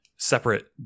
Separate